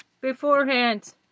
beforehand